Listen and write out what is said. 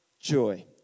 joy